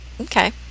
Okay